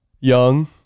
young